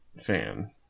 fan